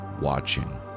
watching